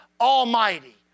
Almighty